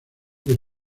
que